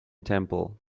temple